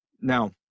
Now